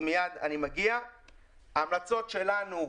ההמלצות שלנו,